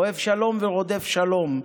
אוהב שלום ורודף שלום".